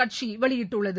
கட்சி வெளியிட்டுள்ளது